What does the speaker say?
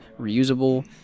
reusable